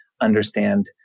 understand